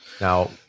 Now